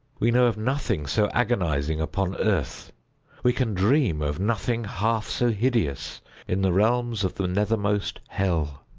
we know of nothing so agonizing upon earth we can dream of nothing half so hideous in the realms of the nethermost hell.